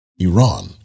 Iran